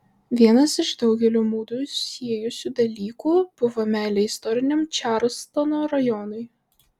vienas iš daugelio mudu siejusių dalykų buvo meilė istoriniam čarlstono rajonui